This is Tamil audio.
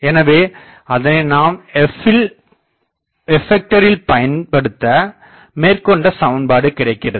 எனவே அதனை நாம் f ல் பயன்படுத்த மேற்கண்ட சமன்பாடு கிடைக்கிறது